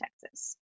Texas